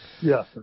Yes